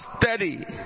steady